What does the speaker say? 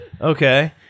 Okay